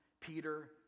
Peter